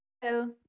Hello